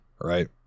right